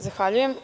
Zahvaljujem.